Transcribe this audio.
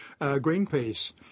Greenpeace